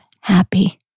happy